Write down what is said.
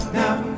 now